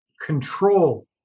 control